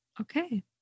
Okay